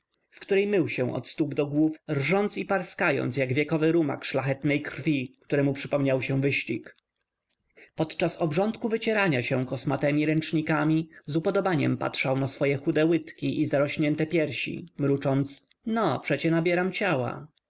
w której mył się od stóp do głów rżąc i parskając jak wiekowy rumak szlachetnej krwi któremu przypomniał się wyścig podczas obrządku wycierania się kosmatemi ręcznikami z upodobaniem patrzał na swoje chude łydki i zarośnięte piersi mrucząc no przecie nabieram ciała